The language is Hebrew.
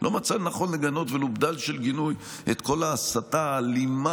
לא מצא לנכון לגנות ולו בדל של גינוי את כל ההסתה האלימה,